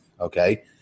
okay